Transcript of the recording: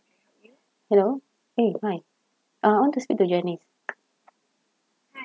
hello eh hi uh I want to speak to janice